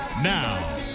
Now